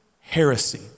heresy